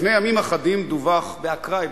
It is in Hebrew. לפני ימים אחדים דווח באקראי,